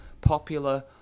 popular